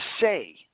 say